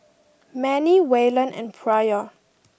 Mannie Wayland and Pryor